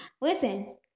listen